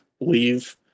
leave